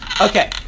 Okay